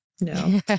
No